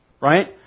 right